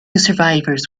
survivors